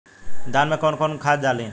धान में कौन कौनखाद डाली?